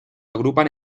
agrupan